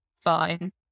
fine